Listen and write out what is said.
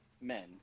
men